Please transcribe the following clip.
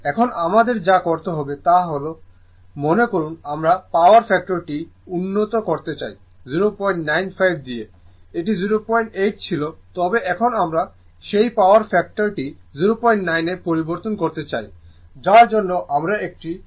এখন আমাদের যা করতে হবে তা হল যে মনে করুন আমরা পাওয়ার ফ্যাক্টরটি উন্নত করতে চাই 095 দিয়ে এটি 08 ছিল তবে এখন আমরা সেই পাওয়ার ফ্যাক্টরটি 09 এ পরিবর্তন করতে চাই যার জন্য আমরা একটি শান্ট ক্যাপাসিটার সংযুক্ত করেছি